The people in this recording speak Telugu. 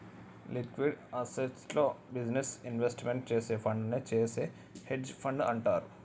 లిక్విడ్ అసెట్స్లో బిజినెస్ ఇన్వెస్ట్మెంట్ చేసే ఫండునే చేసే హెడ్జ్ ఫండ్ అంటారు